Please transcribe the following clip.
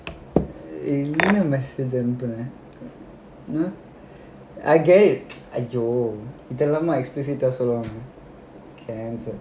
நீயா:neeyaa message கொஞ்சம் அனுப்புன:konjam anupuna I get it !aiyo! இதெல்லாமா:idhellaamaa so long